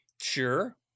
Sure